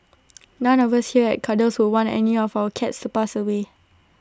none of us here at Cuddles would want any of our cats to pass away